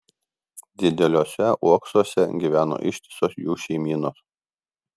dideliuose uoksuose gyveno ištisos jų šeimynos